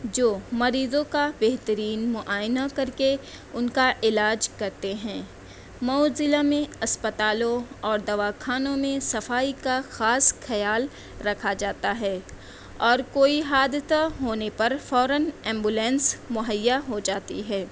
جو مریضوں کا بہترین معائنہ کر کے ان کا علاج کرتے ہیں مئو ضلع میں اسپتالوں اور دواخانوں میں صفائی کا خاص خیال رکھا جاتا ہے اور کوئی حادثہ ہونے پر فوراً ایمبولینس مہیا ہو جاتی ہے